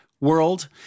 world